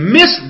miss